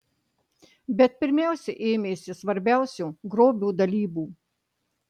bet pirmiausia ėmėsi svarbiausio grobio dalybų